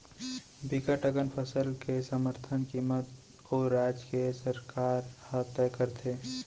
बिकट अकन फसल के समरथन कीमत ओ राज के सरकार ह तय करथे